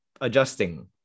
adjusting